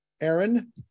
Aaron